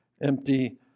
empty